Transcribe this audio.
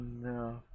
no